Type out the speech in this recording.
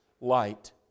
light